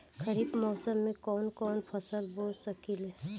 खरिफ मौसम में कवन कवन फसल बो सकि ले?